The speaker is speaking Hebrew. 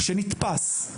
שנתפס,